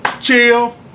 Chill